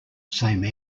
same